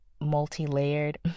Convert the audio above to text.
multi-layered